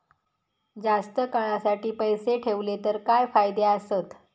जास्त काळासाठी पैसे ठेवले तर काय फायदे आसत?